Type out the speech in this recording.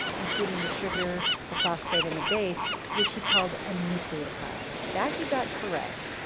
including the sugar, the phosphate, and the base which he called a nucleotide. that he got correct.